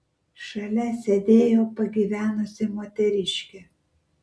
šalia sėdėjo pagyvenusi moteriškė